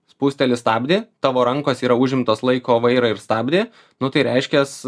spusteli stabdį tavo rankos yra užimtos laiko vairą ir stabdį nu tai reiškias